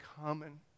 common